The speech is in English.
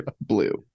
Blue